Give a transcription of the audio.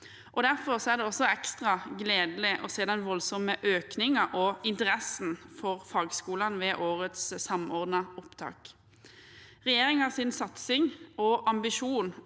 Derfor er det også ekstra gledelig å se den voldsomme økningen og interessen for fagskolene ved årets opptak. Regjeringens satsning og ambisjoner